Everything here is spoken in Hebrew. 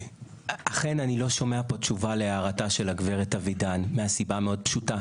אכן אני לא שומע פה תשובה להערתה של הגב' אבידן מסיבה מאוד פשוטה,